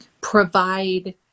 provide